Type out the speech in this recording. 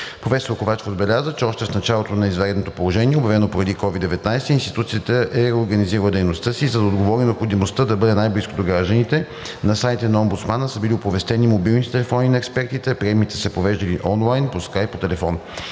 Професор Ковачева отбеляза, че още в началото на извънредното положение, обявено поради COVID-19, институцията е реорганизирала дейността си, за да отговори на необходимостта да бъде най-близо до гражданите. На сайта на омбудсмана са били оповестени мобилните телефони на експертите, а приемните са провеждани онлайн, по скайп, по телефон.